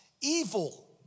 Evil